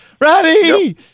Ready